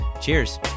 cheers